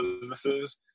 businesses